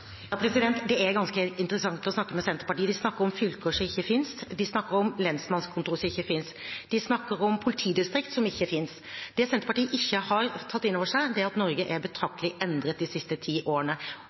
Det er ganske interessant å snakke med Senterpartiet. De snakker om fylker som ikke finnes. De snakker om lensmannskontorer som ikke finnes. De snakker om politidistrikter som ikke finnes. Det Senterpartiet ikke har tatt inn over seg, er at Norge er